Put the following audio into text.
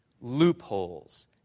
Loopholes